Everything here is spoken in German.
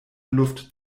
luft